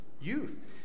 youth